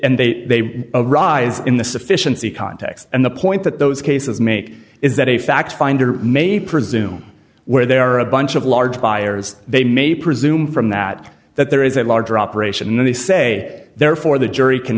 and they rise in the sufficiency context and the point that those cases make is that a fact finder may presume where there are a bunch of large buyers they may presume from that that there is a larger operation and they say therefore the jury can